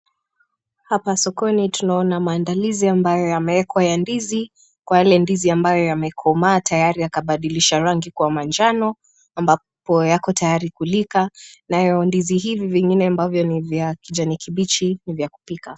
Hapa sokoni tunaona maandalizi ambayo yamewekwa ya ndizi. Kwa yale ndizi ambayo yemekomaa tayari yakabadilisha rangi kwa manjano, ambapo yako tayari kulika nayo ndizi hivi vingine ambavyo ni vya kijani kibichi ni vya kupika.